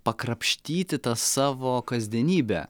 pakrapštyti tą savo kasdienybę